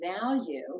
value